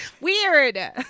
Weird